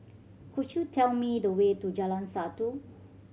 could you tell me the way to Jalan Satu